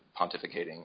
pontificating